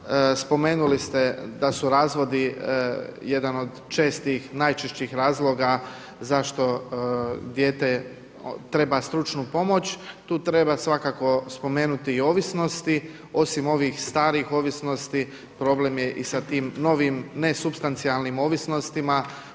Spomenuli ste da su razvodi jedan od čestih, najčešćih razloga zašto dijete treba stručnu pomoć. Tu treba svakako spomenuti i ovisnosti, osim ovih starijih ovisnosti problem je i sa tim novim ne supstancijalnim ovisnostima.